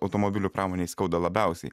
automobilių pramonei skauda labiausiai